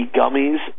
gummies